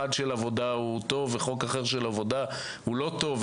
של עבודה הוא טוב וחוק עבודה אחר הוא לא טוב,